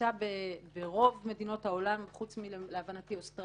נמצא בסעיף 1. אני מנסה להבין האם ההקלה